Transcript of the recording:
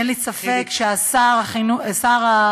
אין לי ספק ששר הרווחה,